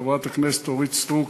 חברת הכנסת אורית סטרוק,